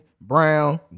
Brown